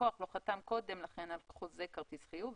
הלקוח לא חתם קודם לכן על חוזה כרטיס חיוב.